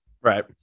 right